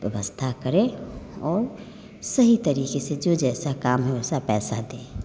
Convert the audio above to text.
व्यवस्था करें और सही तरीके से जो जैसा काम है वैसा पैसा दें